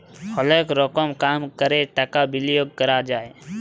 অলেক রকম কাম ক্যরে টাকা বিলিয়গ ক্যরা যায়